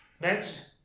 Next